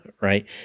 right